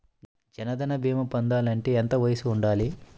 జన్ధన్ భీమా పొందాలి అంటే ఎంత వయసు ఉండాలి?